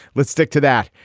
let's stick to that.